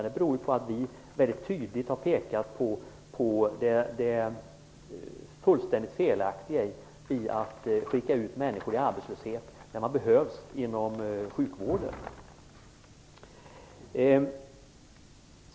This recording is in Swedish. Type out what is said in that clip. Det beror på att vi mycket tydligt har pekat på det fullständigt felaktiga i att skicka ut människor i arbetslöshet när de behövs inom sjukvården.